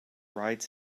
rides